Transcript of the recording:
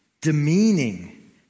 demeaning